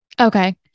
Okay